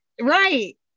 Right